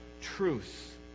truth